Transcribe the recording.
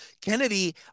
Kennedy